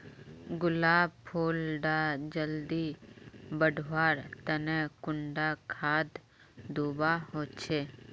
गुलाब फुल डा जल्दी बढ़वा तने कुंडा खाद दूवा होछै?